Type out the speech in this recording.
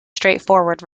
straightforward